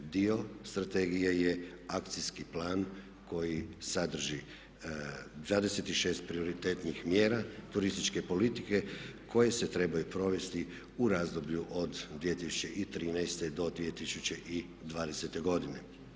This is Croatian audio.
Dio strategije je akcijski plan koji sadrži 26 prioritetnih mjera turističke politike koje se trebaju provesti u razdoblju od 2013.do 2020.godine.